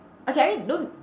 okay I mean don't